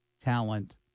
talent